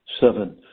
Seven